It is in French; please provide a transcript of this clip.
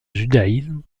judaïsme